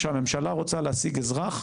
כשהממשלה רוצה להשיג אזרח,